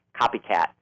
copycat